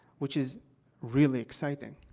which is really exciting,